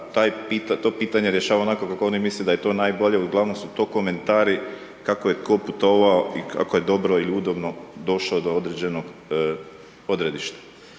to pitanje rješava onako kako oni to misle da je to najbolje, uglavnom su to komentari kako je tko putovao i kako je dobro ili udobno došao do određenog odredišta.